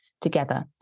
together